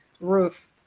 Roof